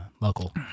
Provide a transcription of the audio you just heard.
local